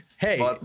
Hey